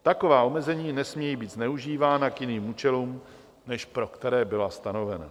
Taková omezení nesmějí být zneužívána k jiným účelům, než pro které byla stanovena.